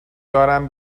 دارم